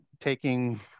taking